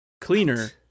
cleaner